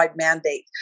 mandate